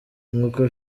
nkuko